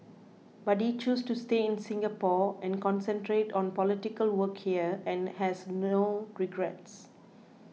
but he chose to stay in Singapore and concentrate on political work here and has no regrets